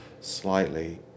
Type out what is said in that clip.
slightly